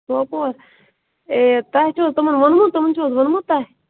سوپور اَے تۄہہِ چھُو حظ تِمن ووٚنمُت تِمن چھُو حظ ووٚنمُت تۄہہِ